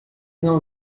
não